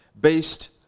based